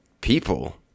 people